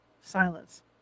Silence